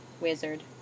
Wizard